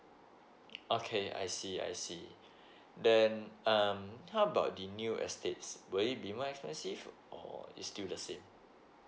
okay I see I see then um how about the new estates will it be more expensive or it's still the same